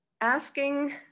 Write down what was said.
asking